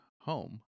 home